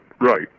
right